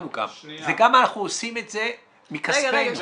גם אנחנו עושים את זה מכספנו.